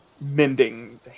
mending